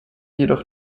jedoch